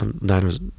Niners